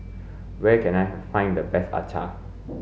where can I find the best acar